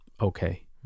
okay